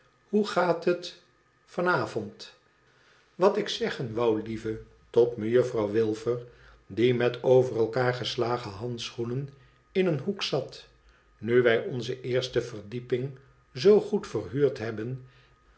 hoe gaat'et van avond wat ik zeggen woü lieve tot mejuffrouw wüfer die met over elkaar geslagen handschoenen in een hoek zat nu wij onze eerste verdieping zoo goed verhuurd hebben